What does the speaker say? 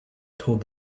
told